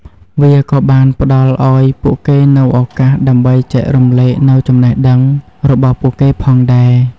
វាក៏បានផ្តល់ឱ្យពួកគេនូវឱកាសដើម្បីចែករំលែកនូវចំណេះដឹងរបស់ពួកគេផងដែរ។